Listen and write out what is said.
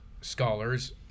scholars